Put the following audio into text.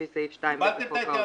לפי סעיף 2(ב) לחוק העונשין,